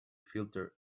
filter